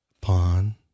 pawn